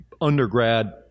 undergrad